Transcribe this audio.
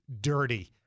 dirty